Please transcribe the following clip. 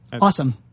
awesome